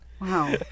Wow